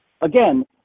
Again